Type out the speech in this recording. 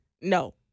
No